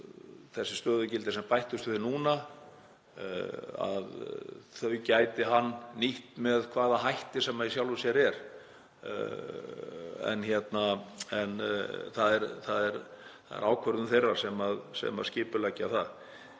Þessi stöðugildi sem bættust við núna, þau gæti hann nýtt með hvaða hætti sem er í sjálfu sér. Það er ákvörðun þeirra sem skipuleggja það.